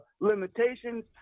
limitations